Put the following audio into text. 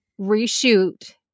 reshoot